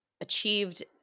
achieved